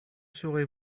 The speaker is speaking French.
serez